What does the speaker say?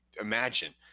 imagine